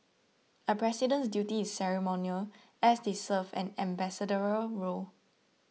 a president's duty is ceremonial as they serve an ambassadorial role